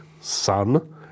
sun